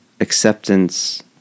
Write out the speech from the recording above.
acceptance